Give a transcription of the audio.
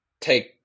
take